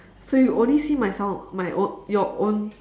so you only see my sound my own your own